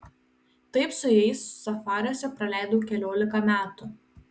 taip su jais safariuose praleidau keliolika metų